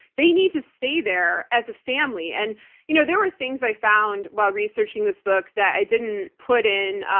they need to stay there as a family. and you know there were things i found while researching this book that i didn't put in,